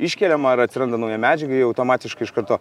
iškeliama ar atsiranda nauja medžiaga ji automatiškai iš karto